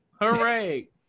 hooray